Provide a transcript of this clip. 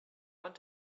want